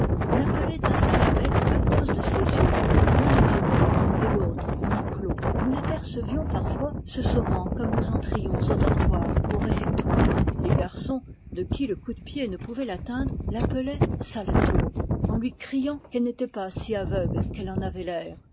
on appelait ainsi la bête à cause de ses yeux dont l'un était mort et l'autre mi-clos nous l'apercevions parfois se sauvant comme nous entrions au dortoir ou au réfectoire les garçons de qui le coup de pied ne pouvait l'atteindre l'appelaient sale taupe en lui criant qu'elle n'était pas si aveugle qu'elle en avait l'air